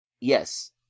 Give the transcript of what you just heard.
yes